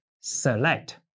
select